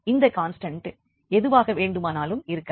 இந்த கான்ஸ்டண்ட் ஏதுவாக வேண்டுமானாலும் இருக்கலாம்